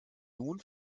nun